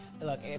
look